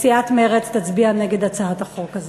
סיעת מרצ תצביע נגד הצעת החוק הזאת.